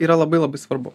yra labai labai svarbu